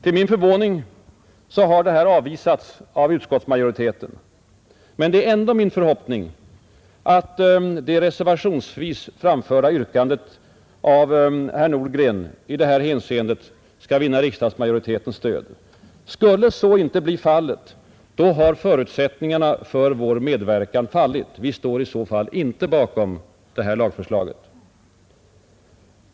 Till min stora förvåning har detta avvisats av utskottsmajoriteten. Men det är ändå min förhoppning att det reservationsvis framförda yrkandet av herr Nordgren i detta hänseende skall komma att vinna riksdagsmajoritetens stöd. Skulle så inte bli fallet, har förutsättningarna för vår medverkan fallit. Vi står i så fall icke bakom lagförslaget.